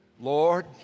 Lord